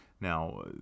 Now